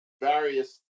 various